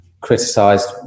criticised